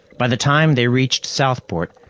by the time they reached southport,